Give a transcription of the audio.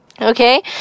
Okay